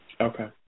Okay